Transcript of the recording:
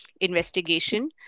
investigation